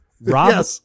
Rob